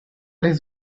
his